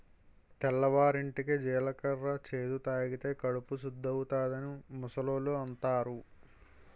తెల్లవారింటికి జీలకర్ర చేదు తాగితే కడుపు సుద్దవుతాదని ముసలోళ్ళు అంతారు